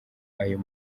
ayo